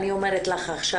אני אומרת לך עכשיו,